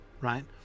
right